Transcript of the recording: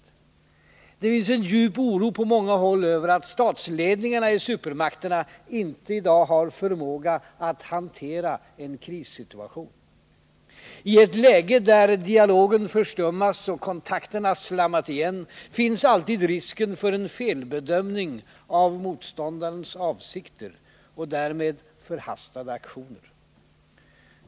Det finns djup oro på många håll över att statsledningarna i supermakterna inte har förmåga att hantera en krissituation. I ett läge när dialogen förstummas och kontakterna slammat igen, finns alltid risken för en felbedömning av motståndarens avsikter och därmed förhastade aktioner.